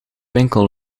winkel